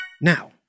now